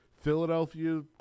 Philadelphia